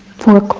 four